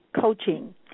coaching